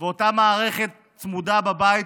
ואותה מערכת צמודה בבית,